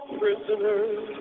prisoners